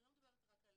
אני לא מדברת רק על